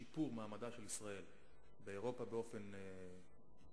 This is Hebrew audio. טיפוח ושיפור מעמדה של ישראל באירופה באופן ספציפי,